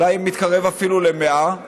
זה אולי מתקרב אפילו ל-100,